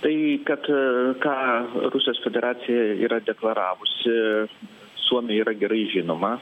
tai kad ką rusijos federacija yra deklaravusi suomija yra gerai žinoma